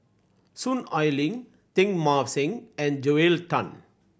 Soon Ai Ling Teng Mah Seng and Joel Tan